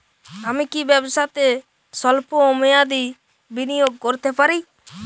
আমি কি ব্যবসাতে স্বল্প মেয়াদি বিনিয়োগ করতে পারি?